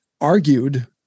argued